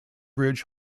bridge